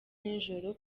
n’ijoro